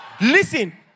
Listen